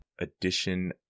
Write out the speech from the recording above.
edition